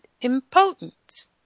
impotent